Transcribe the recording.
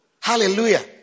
Hallelujah